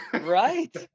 Right